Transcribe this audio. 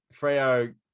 Freo